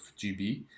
GB